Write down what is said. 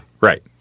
Right